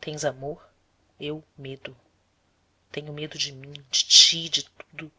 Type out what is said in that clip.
tens amor eu medo tenho medo de mim de ti de tudo